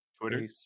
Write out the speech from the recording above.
Twitter